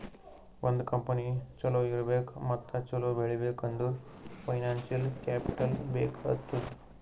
ಒಂದ್ ಕಂಪನಿ ಛಲೋ ಇರ್ಬೇಕ್ ಮತ್ತ ಛಲೋ ಬೆಳೀಬೇಕ್ ಅಂದುರ್ ಫೈನಾನ್ಸಿಯಲ್ ಕ್ಯಾಪಿಟಲ್ ಬೇಕ್ ಆತ್ತುದ್